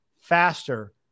faster